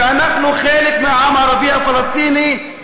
שאנחנו חלק מהעם הערבי הפלסטיני,